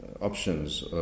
options